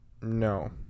No